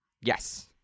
Yes